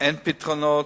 אין פתרונות,